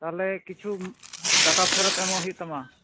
ᱛᱟᱦᱚᱞᱮ ᱠᱤᱪᱷᱩ ᱴᱟᱠᱟ ᱯᱷᱮᱨᱚᱛ ᱮᱢᱚᱜ ᱦᱩᱭᱩᱜ ᱛᱟᱢᱟ